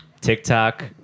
TikTok